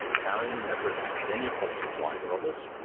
gowing never attempted any apology to either of us,